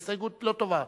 ההסתייגות לא טובה.